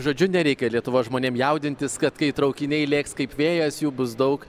žodžiu nereikia lietuvos žmonėm jaudintis kad kai traukiniai lėks kaip vėjas jų bus daug